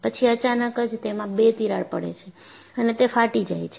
પછી અચાનક જ તેમાં બે તિરાડ પડે છે અને તે ફાટી જાય છે